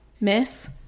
miss